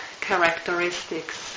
characteristics